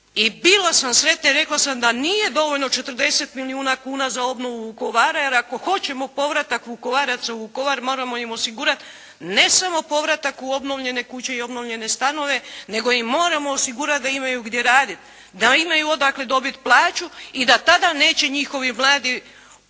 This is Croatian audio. i bila sam sretna i rekla sam da nije dovoljno 40 milijuna kuna za obnovu Vukovara, jer ako hoćemo povratak Vukovaraca u Vukovar moramo im osigurati ne samo povratak u obnovljene kuće i obnovljene stanove, nego im moramo osigurati da imaju gdje raditi, da imaju odakle dobiti plaću i da tada neće njihovi mladi